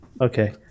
Okay